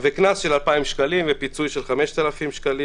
וקנס של 2,000 שקלים ופיצוי של 5,000 שקלים.